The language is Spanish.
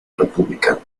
republicana